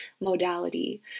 modality